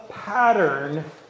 pattern